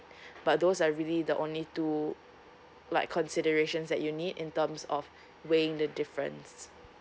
but those are really the only two like considerations that you need in terms of weighing the difference